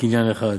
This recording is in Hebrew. קניין אחד,